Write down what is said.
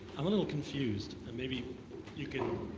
i'm a little confused, maybe you can